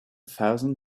thousand